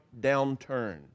downturn